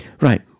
right